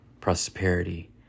prosperity